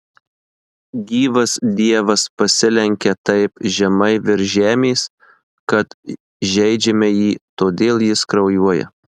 gyvas dievas pasilenkia taip žemai virš žemės kad žeidžiame jį todėl jis kraujuoja